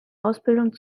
ausbildung